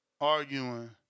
arguing